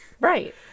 Right